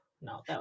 no